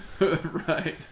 Right